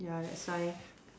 ya that's why